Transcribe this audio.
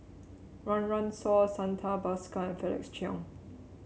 Run Run Shaw Santha Bhaskar and Felix Cheong